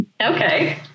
Okay